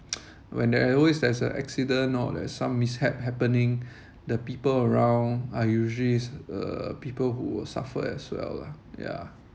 when there always there's a accident or there's some mishap happening the people around are usually is uh people who will suffer as well lah yeah